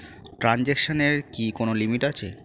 ট্রানজেকশনের কি কোন লিমিট আছে?